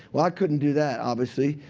well, i couldn't do that obviously.